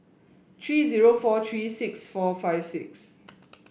three zero four three six four five six